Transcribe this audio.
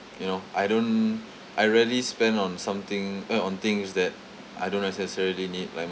you know I don't I rarely spend on something eh on things that I don't necessarily need like